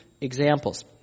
examples